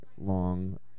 long